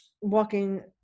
walking